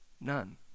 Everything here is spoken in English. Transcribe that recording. none